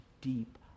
deep